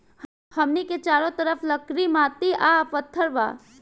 हमनी के चारो तरफ लकड़ी माटी आ पत्थर बा